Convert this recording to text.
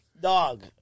dog